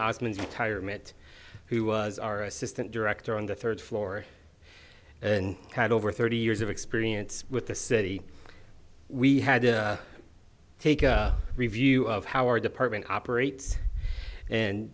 arguments retirement who was our assistant director on the third floor and had over thirty years of experience with the city we had to take a review of how our department operates and